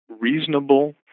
reasonable